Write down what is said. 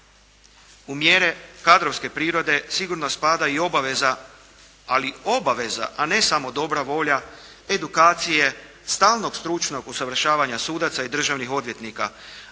U mjere kadrovske prirode sigurno spada i obaveza, ali obaveza, a ne samo dobra volja edukacije, stalnog stručnog usavršavanja sudaca i državnih odvjetnika,